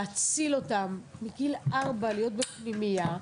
להציל אותם מגיל ארבע להיות בפנימייה,